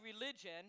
religion